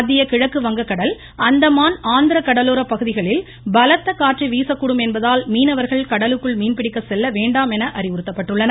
மத்திய கிழக்கு வங்கக்கடல் அந்தமான் ஆந்திர கடலோர பகுதிகளில் பலத்த காற்று வேண்டாம் வீசக்கூடும் என்பதால் மீனவர்கள் கடலூக்குள் மீன் பிடிக்க செல்ல என அறிவுறுத்தப்பட்டுள்ளனர்